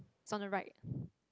it's on the right